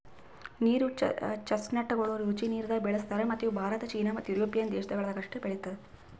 ನೀರು ಚೆಸ್ಟ್ನಟಗೊಳ್ ರುಚಿ ನೀರದಾಗ್ ಬೆಳುಸ್ತಾರ್ ಮತ್ತ ಇವು ಭಾರತ, ಚೀನಾ ಮತ್ತ್ ಯುರೋಪಿಯನ್ ದೇಶಗೊಳ್ದಾಗ್ ಅಷ್ಟೆ ಬೆಳೀತಾರ್